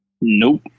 Nope